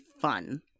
fun